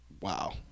wow